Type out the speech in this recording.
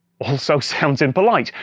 also sounds impolite!